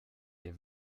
der